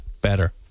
better